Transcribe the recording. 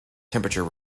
temperature